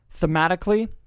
thematically